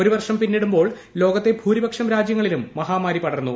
ഒരു വർഷം പിന്നിടുമ്പോൾ ലോകത്തെ ഭൂരിപക്ഷം രാജ്യങ്ങളിലും മഹാമാരി പടർന്നു